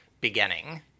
beginning